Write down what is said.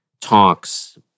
talks